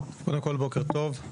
קודם כל בוקר טוב,